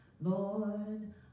Lord